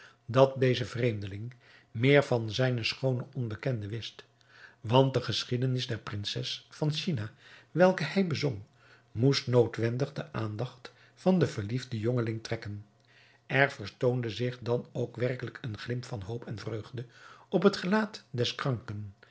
dat deze vreemdeling meer van zijne schoone onbekende wist want de geschiedenis der prinses van china welke hij bezong moest noodwendig de aandacht van den verliefden jongeling trekken er vertoonde zich dan ook werkelijk een glimp van hoop en vreugde op het gelaat des kranken